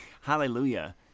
Hallelujah